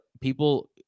people